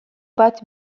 bat